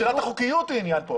שאלת החוקיות היא העניין כאן,